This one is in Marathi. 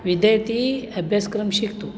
विद्यार्थी अभ्यासक्रम शिकतो